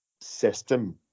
system